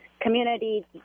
community